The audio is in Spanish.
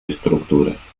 estructuras